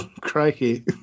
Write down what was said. crikey